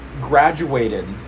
graduated